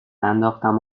ننداختم